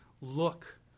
look